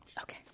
okay